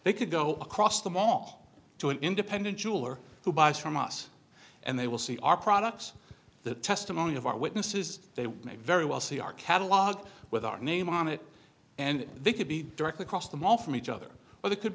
they could go across the mall to an independent jeweler who buys from us and they will see our products the testimony of our witnesses they may very well see our catalog with our name on it and they could be directly across the mall from each other but it could